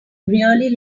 really